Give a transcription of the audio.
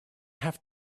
have